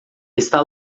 está